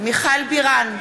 מיכל בירן,